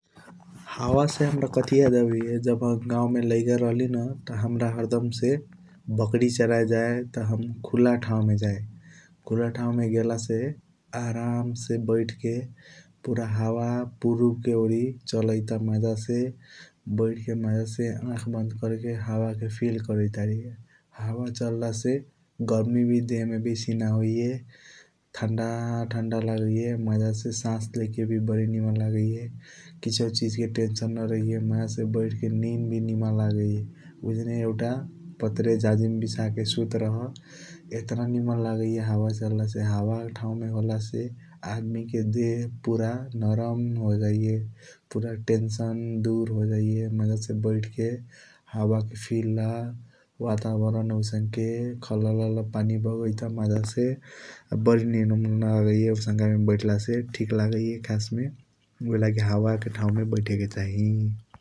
हवा से हाम्रा कथी याद आबाइया जब हम गऊ मे लाइक राहली न त हरदम से बकरी चराय जाय त हम खुला ठाऊ मे जाय । खुला ठाऊ मे गेला से आराम से बैठ के पूरा हावा पुरुब के ओरई चलाइट ब मज़ा से बैठ के मज़ा से आख बंद कर के हवा के फ़ील करैत बारी । हवा चालला से गर्मी वी देह मे बेसी न फ़ील होइया ठंडा ठनदा लागैया मज़ा से सस्स लेके बारी निमन लागैया किसीओ चीज के टेंशन न रहैया मज़ा से निन वी निमन लागैया । उजान एउटा पटरे जाजिम बिसके सूट रहा आयतन निमन लागैया हावा चलाला से हावा ठाऊ मे हॉलसे आदमी के देह पूरा नरम होजाइया पूरा टेंशन दूर होजाइया पूरा मज़ासे बैठ के । हावा के फ़ील ला वातावरण आउंसके खलल पनि बागाइयता मज़ा से बारी निमन लागैया आउसनक मे बैठाला से ठीक लागैया खसस मे ऊहएलगी हावा के ठाऊ मे बैठे के चाही ।